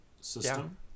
system